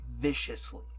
viciously